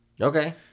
Okay